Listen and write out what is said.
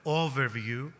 overview